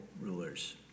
rulers